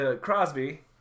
crosby